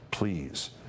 Please